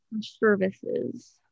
Services